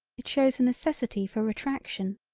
it shows a necessity for retraction.